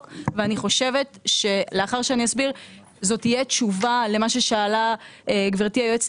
ואני חושבת שלאחר שאני אסביר זו תהיה תשובה למה ששאלה גברתי היועצת